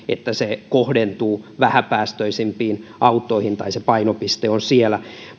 että se kohdentuu vähäpäästöisempiin autoihin tai se painopiste on siellä